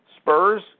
Spurs